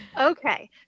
Okay